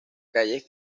calles